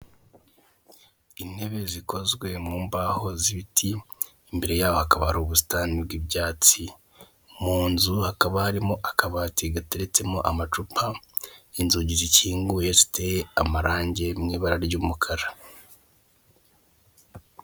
Intebe zikozwe mu mbaho z'ibiti, imbere yaho hakaba hari ubusitani bw'ibyatsi, mu nzu hakaba harimo akabati gateretsemo amacupa, inzugi zikinguye ziteye amarange mu ibara ry'umukara.